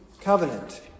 covenant